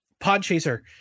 Podchaser